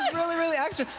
ah really really extra.